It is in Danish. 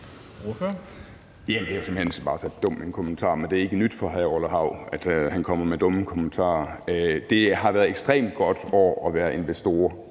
Det er simpelt hen bare så dum en kommentar, men det er ikke nyt, at hr. Orla Hav kommer med dumme kommentarer. Det har været et ekstremt godt år at være investor